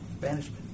Banishment